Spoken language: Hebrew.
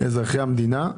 שהם אזרחי המדינה.